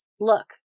Look